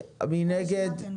מי נגד?